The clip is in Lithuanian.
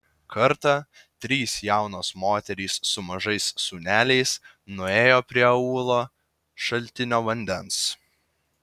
kartą trys jaunos moterys su mažais sūneliais nuėjo prie aūlo šaltinio vandens